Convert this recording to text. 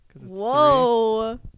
Whoa